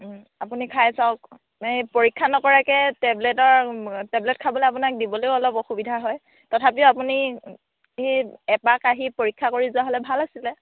আপুনি খাই চাওক এনেই পৰীক্ষা নকৰাকৈ টেবলেটৰ টেবলেট খাবলৈ আপোনাক দিবলৈও অলপ অসুবিধা হয় তথাপিও আপুনি এই এপাক আহি পৰীক্ষা কৰি যোৱা হ'লে ভাল আছিলে